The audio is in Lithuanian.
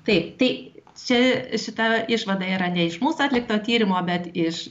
taip tai čia šita išvada yra ne iš mūsų atlikto tyrimo bet iš